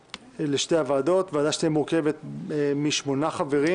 הוועדה תהיה מורכבת משמונה חברים